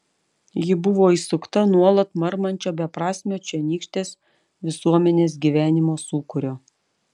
ji buvo įsukta nuolat marmančio beprasmio čionykštės visuomenės gyvenimo sūkurio